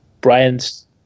Brian's